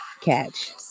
catch